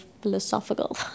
philosophical